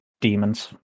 demons